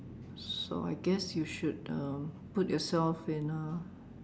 so I guess you should um put yourself in a